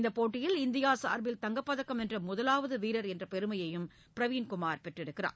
இந்தப் போட்டியில் இந்தியா சார்பில் தங்கப்பதக்கம் வென்ற முதவாவது வீரர் என்ற பெருமைய பிரவீண் குமார் பெற்றுள்ளார்